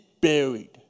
buried